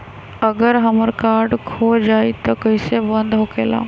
अगर हमर कार्ड खो जाई त इ कईसे बंद होकेला?